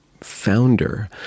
founder